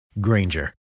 Granger